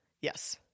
Yes